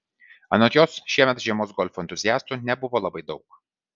anot jos šiemet žiemos golfo entuziastų nebuvo labai daug